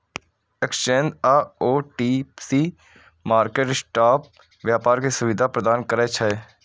exchange आ OTC market spot व्यापार के सुविधा प्रदान करै छै